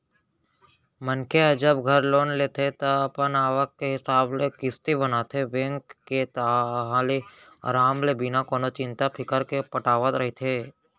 मनखे ह जब घर लोन लेथे ता अपन आवक के हिसाब ले किस्ती बनाथे बेंक के ताहले अराम ले बिना कोनो चिंता फिकर के पटावत रहिथे